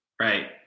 Right